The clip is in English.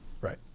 right